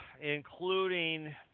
including